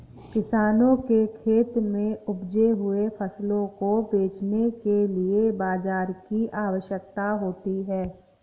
किसानों के खेत में उपजे हुए फसलों को बेचने के लिए बाजार की आवश्यकता होती है